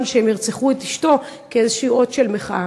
שהם ירצחו את אשתו כאיזשהו אות של מחאה.